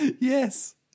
Yes